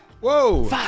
Whoa